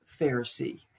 Pharisee